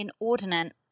inordinate